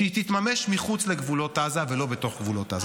כשהיא תתממש מחוץ לגבולות עזה ולא בתוך גבולות עזה.